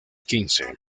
quince